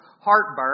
heartburn